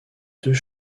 deux